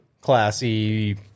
classy